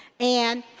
and